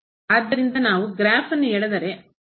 ಆದ್ದರಿಂದ ನಾವು ಗ್ರಾಫ್ ಅನ್ನು ಎಳೆದರೆ ಅದು ಇಲ್ಲಿ 1 ಆಗಿದೆ